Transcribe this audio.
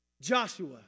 Joshua